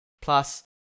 plus